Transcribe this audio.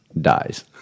dies